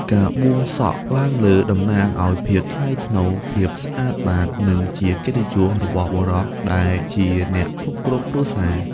ការបួងសក់ឡើងលើតំណាងឲ្យភាពថ្លៃថ្នូរ ភាពស្អាតបាត និងជាកិត្តិយសរបស់បុរសដែលជាអ្នកគ្រប់គ្រងគ្រួសារ។